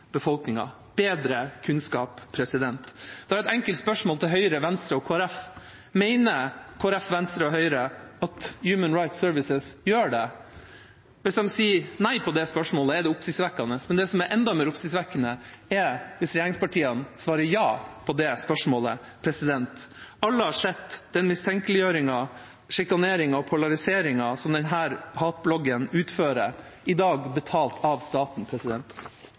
bedre kunnskap. Da har jeg et enkelt spørsmål til Høyre, Venstre og Kristelig Folkeparti: Mener Kristelig Folkeparti, Venstre og Høyre at Human Rights Service gjør det? Hvis de sier nei på det spørsmålet, er det oppsiktsvekkende, men det som er enda mer oppsiktsvekkende, er hvis regjeringspartiene svarer ja på det spørsmålet. Alle har sett den mistenkeliggjøringen, sjikaneringen og polariseringen som denne hatbloggen utfører, i dag betalt av staten.